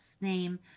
name